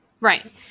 Right